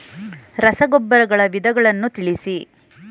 ರಸಗೊಬ್ಬರಗಳ ವಿಧಗಳನ್ನು ತಿಳಿಸಿ?